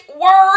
word